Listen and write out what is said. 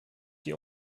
die